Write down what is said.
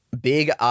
Big